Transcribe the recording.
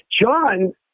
John